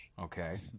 Okay